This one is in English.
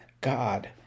God